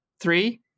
Three